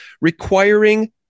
requiring